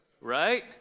right